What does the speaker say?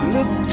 Look